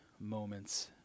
moments